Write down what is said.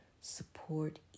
support